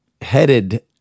headed